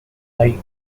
plate